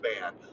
man